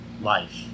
life